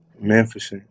Memphis